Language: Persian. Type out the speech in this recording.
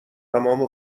تمام